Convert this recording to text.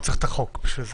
לא צריך את החוק בשביל זה.